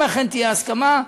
שאם אכן תהיה הסכמה,